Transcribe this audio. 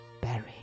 buried